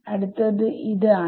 അടുത്തത് ആണ്